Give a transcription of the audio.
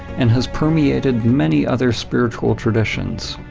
and has permeated many other spiritual traditions.